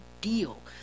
deal